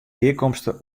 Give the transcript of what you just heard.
gearkomste